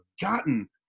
gotten